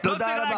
תודה רבה.